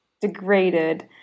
degraded